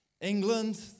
England